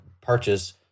purchase